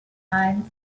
eins